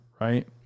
right